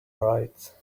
right